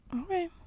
Okay